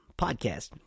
podcast